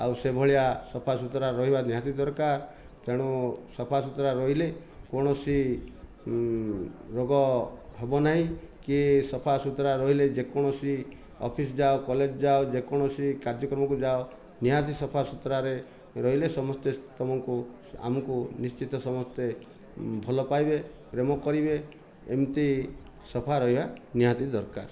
ଆଉ ସେହି ଭଳିଆ ସଫାସୁତରା ରହିବା ନିହାତି ଦରକାର ତେଣୁ ସଫାସୁତରା ରହିଲେ କୌଣସି ରୋଗ ହେବନାହିଁ କି ସଫାସୁତରା ରହିଲେ ଯେକୌଣସି ଅଫିସ ଯାଅ କଲେଜ ଯାଅ ଯେକୌଣସି କାର୍ଯ୍ୟକ୍ରମକୁ ଯାଅ ନିହାତି ସଫାସୁତରାରେ ରହିଲେ ସମସ୍ତେ ତୁମକୁ ଆମକୁ ନିଶ୍ଚିତ ସମସ୍ତେ ଭଲପାଇବେ ପ୍ରେମ କରିବେ ଏମିତି ସଫା ରହିବା ନିହାତି ଦରକାର